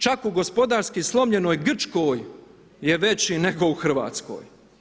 Čak u gospodarski slomljenoj Grčkoj je veći nego u Hrvatskoj.